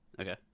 Okay